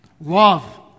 Love